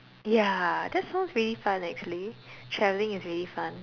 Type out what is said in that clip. ya that sounds really fun actually traveling is really fun